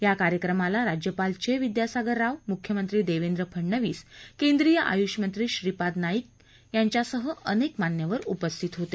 या कार्यक्रमाला राज्यपाल चे विद्यासागर राव मुख्यमंत्री देवेंद्र फडनवीस केंद्रीय आयुष मंत्री श्रीपाद नाईक त्यादी मान्यवर उपस्थित होते